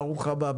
ברוך הבא,